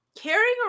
carrying